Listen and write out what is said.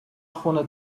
خونه